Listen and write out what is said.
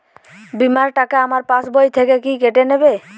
বিমার টাকা আমার পাশ বই থেকে কি কেটে নেবে?